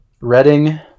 reading